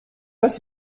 pas